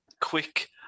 quick